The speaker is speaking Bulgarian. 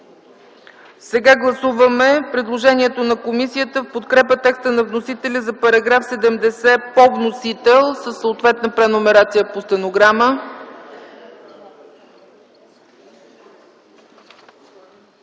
Гласуваме предложението на комисията в подкрепа текста на вносителя за § 70 по вносител със съответната преномерация по стенограма.